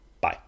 bye